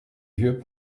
vieux